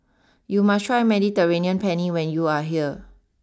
you must try Mediterranean Penne when you are here